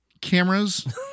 cameras